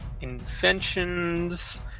inventions